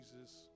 Jesus